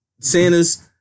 Santa's